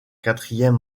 quatrième